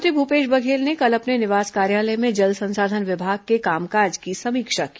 मुख्यमंत्री भूपेश बघेल ने कल अपने निवास कार्यालय में जल संसाधन विभाग के कामकाज की समीक्षा की